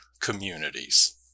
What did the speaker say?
communities